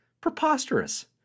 Preposterous